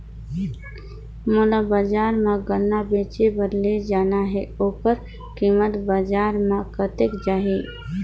मोला बजार मां गन्ना बेचे बार ले जाना हे ओकर कीमत बजार मां कतेक जाही?